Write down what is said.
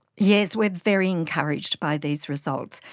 yes, we are very encouraged by these results.